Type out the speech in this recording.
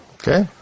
Okay